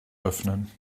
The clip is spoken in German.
öffnen